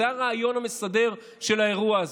זה הרעיון המסדר של האירוע הזה.